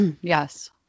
yes